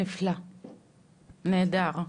נפלא, נהדר.